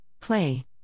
Play